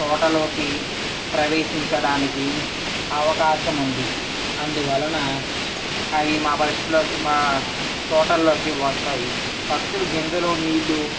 తోటలోకి ప్రవేశించడానికి అవకాశం ఉంది అందువలన అవ్వి మా పక్షుల్లోకి మా తోటల్లోకి వస్తాయి పక్షులు గింజెలు నీళ్లు